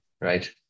right